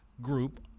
group